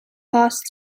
passed